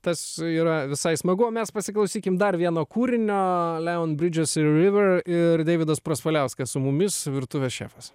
tas yra visai smagu o mes pasiklausykim dar vieno kūrinio leon bridges ir river ir deividas praspaliauskas su mumis virtuvės šefas